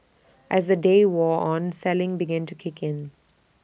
as the day wore on selling began to kick in